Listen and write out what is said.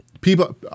people